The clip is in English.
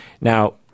now